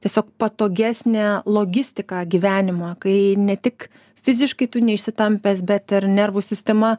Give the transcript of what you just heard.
tiesiog patogesnę logistiką gyvenimo kai ne tik fiziškai tu neišsitempęs bet ir nervų sistema